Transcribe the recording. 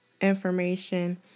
information